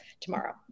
tomorrow